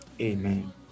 Amen